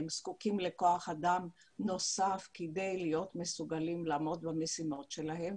הם זקוקים לכוח אדם נוסף כדי להיות מסוגלים לעמוד במשימות שלהם.